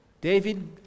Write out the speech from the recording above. David